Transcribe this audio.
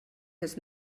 has